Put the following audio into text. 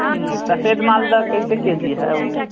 सफेद माल कैसे के जी है वह